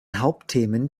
hauptthemen